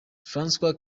francois